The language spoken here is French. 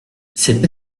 c’est